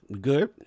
good